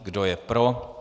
Kdo je pro?